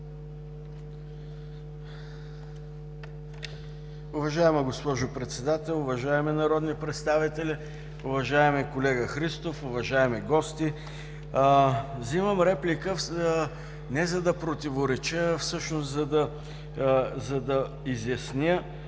Уважаема госпожо Председател, уважаеми народни представители, уважаеми колега Христов, уважаеми гости! Взимам реплика не за да противореча, а всъщност да изясня